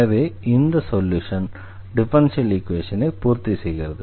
எனவே இந்த solution differential ஈக்வேஷனை பூர்த்தி செய்கிறது